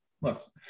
Look